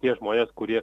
tie žmonės kurie